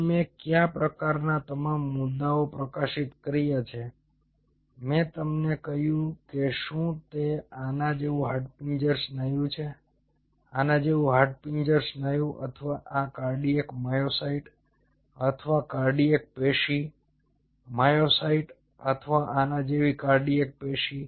અને મેં કયા પ્રકારનાં તમામ મુદ્દાઓ પ્રકાશિત કર્યા છે મેં તમને કહ્યું કે શું તે આના જેવું હાડપિંજર સ્નાયુ છે આના જેવું હાડપિંજર સ્નાયુ અથવા આ કાર્ડિયાક માયોસાઇટ્સ અથવા કાર્ડિયાક પેશી માયોસાઇટ્સ અથવા આના જેવા કાર્ડિયાક પેશી